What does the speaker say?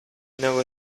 know